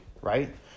right